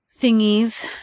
thingies